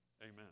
Amen